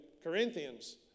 Corinthians